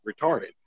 retarded